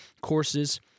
courses